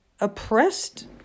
oppressed